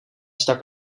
stak